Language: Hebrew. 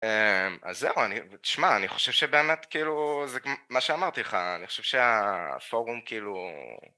אז זהו תשמע אני חושב שבאמת כאילו זה מה שאמרתי לך אני חושב שהפורום כאילו